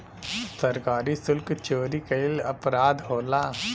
सरकारी सुल्क चोरी कईल अपराध होला